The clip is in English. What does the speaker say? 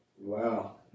Wow